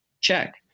Check